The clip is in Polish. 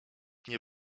nie